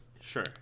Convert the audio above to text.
sure